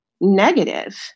negative